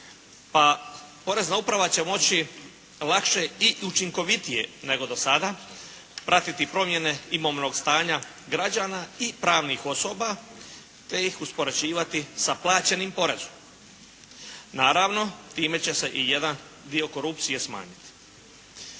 Pa porezna uprava će moći lakše i učinkovitije, nego do sada, pratiti promjene imovnog stanja građana i pravnih osoba, te ih uspoređivati sa plaćenim porezom. Naravno, time će se i jedan dio korupcije smanjiti.